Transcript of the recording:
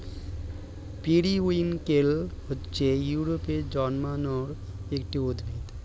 periwinkle হচ্ছে ইউরোপে জন্মানো একটি উদ্ভিদ